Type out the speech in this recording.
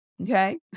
Okay